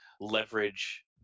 leverage